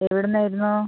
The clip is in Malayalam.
എവിടെ നിന്ന് വരുന്നു